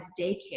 daycare